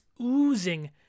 oozing